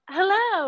Hello